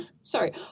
sorry